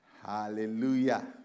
Hallelujah